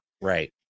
Right